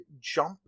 jump